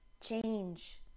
Change